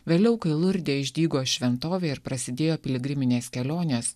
vėliau kai lurde išdygo šventovė ir prasidėjo piligriminės kelionės